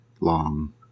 long